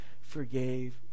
forgave